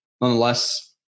Nonetheless